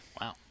wow